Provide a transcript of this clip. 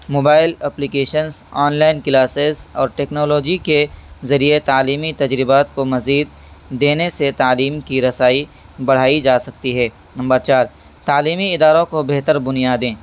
mobile applications online classes اور technology کے ذریعے تعلیمی تجربات کو مزید دینے سے تعلیم کی رسائی بڑھائی جا سکتی ہے نمبر چار تعلیمی اداروں کو بہتر بنیادیں